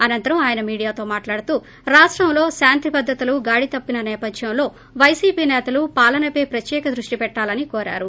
అనంతరం అయన మీడియాతో మాట్లాడుతూ రాష్టంలో శాంతిభద్రతలు గాడి తప్పిన నేపధ్యంలో వైసీపీ నేతలు పాలనపై ప్రర్యేక దృష్టి పెట్టాలని కోరారు